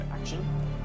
action